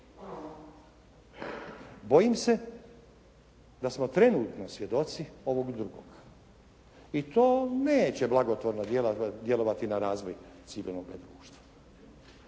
Bojim se da smo trenutno svjedoci ovog drugog. I to neće blagotvorno djelovati na razvoj civilnoga društva.